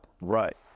Right